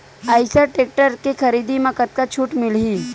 Eicher tractor के खरीदी म कतका छूट मिलही?